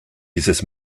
dieses